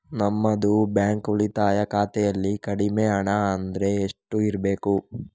ನಮ್ಮದು ಬ್ಯಾಂಕ್ ಉಳಿತಾಯ ಖಾತೆಯಲ್ಲಿ ಕಡಿಮೆ ಹಣ ಅಂದ್ರೆ ಎಷ್ಟು ಇರಬೇಕು?